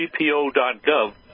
GPO.gov